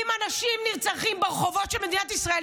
אם אנשים נרצחים ברחובות של מדינת ישראל,